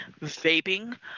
vaping